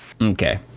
Okay